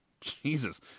jesus